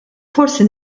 forsi